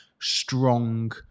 strong